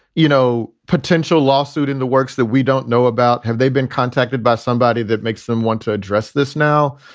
you know, potential lawsuit in the works that we don't know about? have they been contacted by somebody that makes them want to address this now?